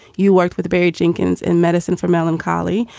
you worked with berry jenkins in medicine for melancholy.